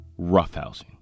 Roughhousing